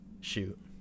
shoot